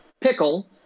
Pickle